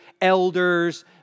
elders